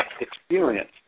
experience